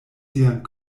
sian